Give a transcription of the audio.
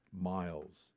miles